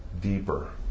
deeper